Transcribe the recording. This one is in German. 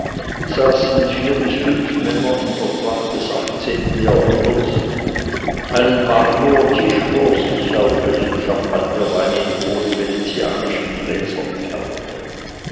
saßen vier bis fünf männer in der tracht des achtzehnten jahrhunderts einen marmortisch vor sich auf welchem champagnerwein in hohen venezianischen gläsern perlte